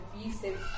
abusive